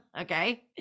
okay